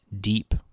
deep